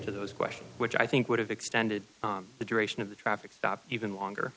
to those questions which i think would have extended the duration of the traffic stop even longer